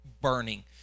burning